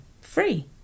free